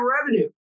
revenue